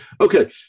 okay